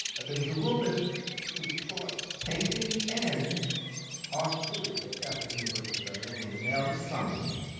there was a woman who taught painting and art theory at catholic university by the name of nell sonneman.